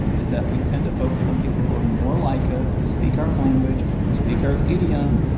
is that we tend to focus on people who are more like us, who speak our language, who speak our idiom,